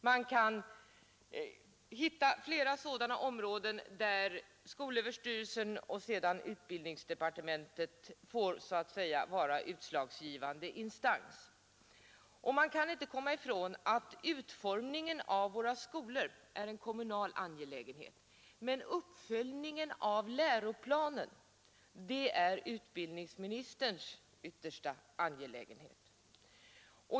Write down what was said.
Man kan hitta flera sådana områden där skolöverstyrelsen och utbildningsdepartementet får vara så att säga utslagsgivande instans. Det går inte att komma ifrån att utformningen av våra skolor är en kommunal angelägenhet, men uppföljningen av läroplanen är utbildningsministerns yttersta angelägenhet.